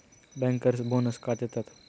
Bankers bonus का देतात?